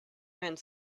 and